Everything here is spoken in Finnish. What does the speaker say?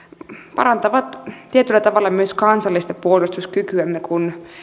parantavat tietyllä tavalla myös kansallista puolustuskykyämme kun